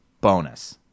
bonus